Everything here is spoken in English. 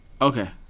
Okay